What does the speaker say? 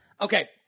Okay